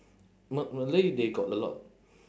ma~ malay they got a lot